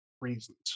reasons